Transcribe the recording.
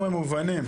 מובנים.